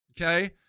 Okay